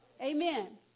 Amen